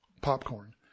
popcorn